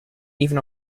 even